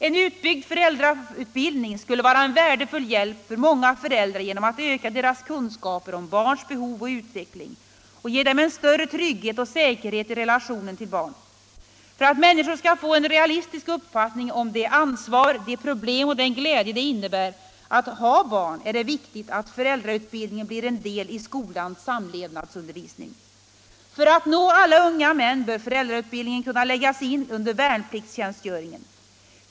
En utbyggd föräldrautbildning skulle vara en värdefull hjälp för många föräldrar genom att öka deras kunskaper om barns behov och utveckling och ge dem större trygghet och säkerhet i relationen till barnet. För att människor skall få en realistisk uppfattning om det ansvar, de problerh och den glädje det innebär att ha barn är det viktigt att föräldrautbildningen blir en del i skolans samlevnadsundervisning. För att nå alla unga män bör föräldrautbildning läggas in under värnpliktstjänstgöringen.